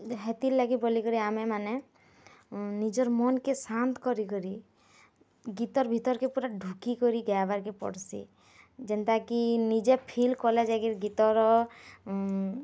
ହେତିର୍ଲାଗି ବୋଲିକରି ଆମେମାନେ ନିଜର୍ ମନ୍କେ ଶାନ୍ତ୍ କରି କରି ଗୀତର୍ ଭିତର୍କେ ପୂରା ଢ଼ୁକି କରି ଗାଏବାର୍ କେ ପଡ଼ସି୍ ଯେନ୍ତା କି ନିଜେ ଫିଲ୍ କଲେ ଯାଇକରି ଗୀତର